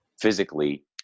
physically